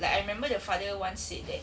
like I remember the father once said that